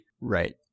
Right